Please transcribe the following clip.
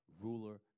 ruler